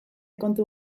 kontu